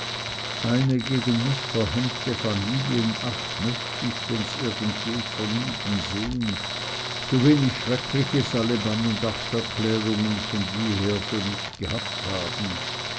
eine gegen mich verhängte familienacht möcht ich wenn's irgend geht vermieden sehen sowenig schreckliches alle bann und achterklärungen von jeher für mich gehabt haben